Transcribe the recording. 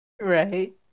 Right